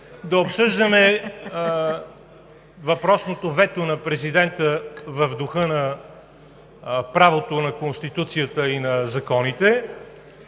да обсъждаме въпросното вето на президента в духа на правото, Конституцията и законите,